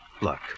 Look